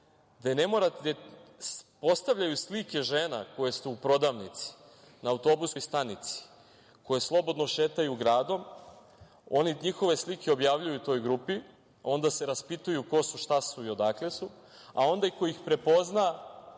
smislu, gde postavljaju slike žena koje su u prodavnici, na autobuskoj stanici, koje slobodno šetaju gradom, oni njihove slike objavljuju u toj grupi, onda se raspituju ko su, šta su i odakle su, a onda neko ko ih prepozna